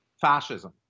fascism